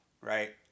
right